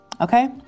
Okay